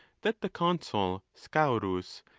that the consul scaurus,